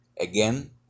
Again